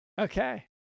Okay